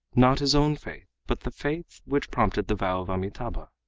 not his own faith, but the faith which prompted the vow of amitabha.